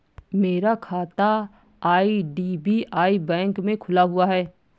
मेरा खाता IDBI bank में खुला हुआ है